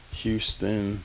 Houston